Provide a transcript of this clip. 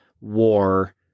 war